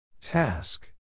Task